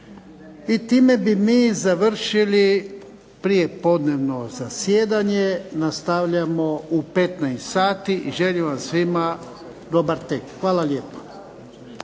I time bi mi završili prijepodnevno zasjedanja, nastavljamo u 15 sati i želim vam svima dobar tek. Hvala lijepa.